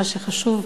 מה שחשוב,